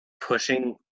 pushing